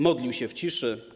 Modlił się w ciszy.